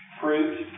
fruit